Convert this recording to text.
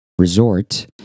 resort